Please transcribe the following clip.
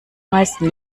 meisten